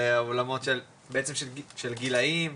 על עולמות של גילאים בעצם,